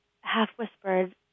half-whispered